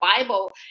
Bible